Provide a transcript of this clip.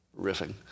riffing